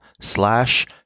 slash